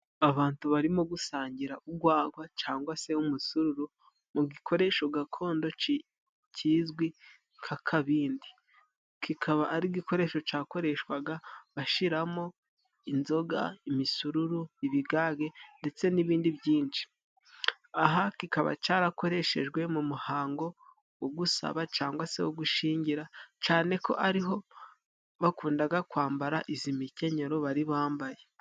Abatu barimo gusangira ugwagwa cangwa se umusururu mu gikoresho gakondo kizwi nk'akabindi kikaba ari igikoresho cyakoreshwaga bashiramo inzoga, imisururu, ibigage ndetse n'ibindi byinshi aha kikaba cyarakoreshejwe mu muhango wogusaba cangwa se wo gushingira cane ko ariho bakundaga kwambara izi mikenyero bari bambaye.